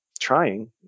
trying